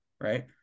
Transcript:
right